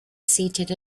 seated